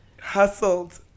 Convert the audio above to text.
hustled